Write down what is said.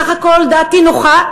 סך הכול, דעתי נוחה.